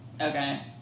okay